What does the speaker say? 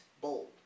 bold